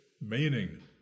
meaning